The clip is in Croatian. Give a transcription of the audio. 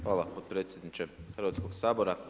Hvala potpredsjedniče Hrvatskoga sabora.